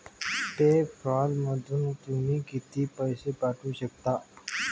पे पॅलमधून तुम्ही किती पैसे पाठवू शकता?